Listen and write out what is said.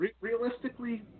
Realistically